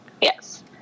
Yes